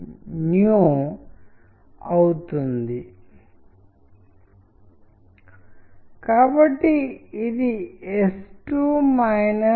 క్రింది వైపుకి మెట్లు దిగి నడచే పాటర్న్ బట్టి గదిలోకి ప్రవేశించినట్లు ఒకదాని తర్వత ఒకటి టెక్స్ట్ వచ్చే ఈ నిర్దిష్ట యానిమేషన్ ద్వారా తెలియజేయబడుతుంది